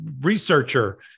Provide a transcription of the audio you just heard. researcher